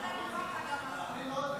חבריי חברי הכנסת,